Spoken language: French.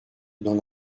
dans